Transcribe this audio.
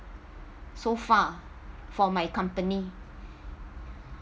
so far for my company